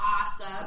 awesome